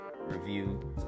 review